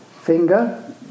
Finger